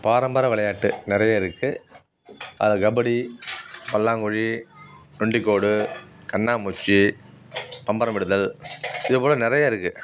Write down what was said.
பாரம்பர விளையாட்டு நிறைய இருக்குது அது கபடி பல்லாங்குழி நொண்டிக்கோடு கண்ணாம்மூச்சி பம்பரமிடுதல் இதுபோல் நிறைய இருக்குது